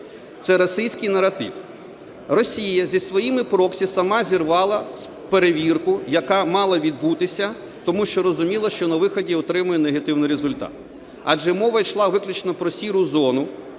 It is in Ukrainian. Це російський наратив. Росія зі своїми "проксі" сама зірвала перевірку, яка мала відбутися, тому що розуміла, що на виході отримає негативний результат. Адже мова йшла виключно про "сіру зону"